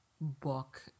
book